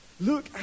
Look